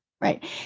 Right